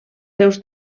seus